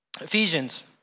Ephesians